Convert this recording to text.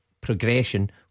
progression